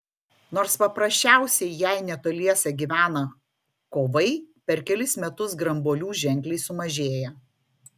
nors paprasčiausiai jei netoliese gyvena kovai per kelis metus grambuolių ženkliai sumažėja